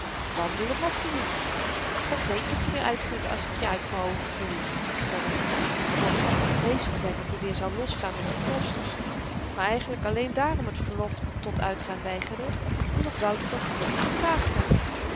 wandelen mocht i niet god weet wat je weer uitvoert als ik je n uit m'n oogen verlies zei de moeder die voorgaf bevreesd te zyn dat-i weer zou losgaan op de klosters maar eigenlyk alleen daarom t verlof tot uitgaan weigerde omdat wouter dat verlof gevraagd had